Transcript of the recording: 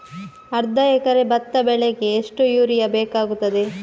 ಅರ್ಧ ಎಕರೆ ಭತ್ತ ಬೆಳೆಗೆ ಎಷ್ಟು ಯೂರಿಯಾ ಬೇಕಾಗುತ್ತದೆ?